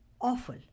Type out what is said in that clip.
awful